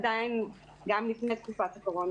עדיין לא התקיימו - גם לפני תקופת הקורונה